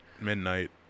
midnight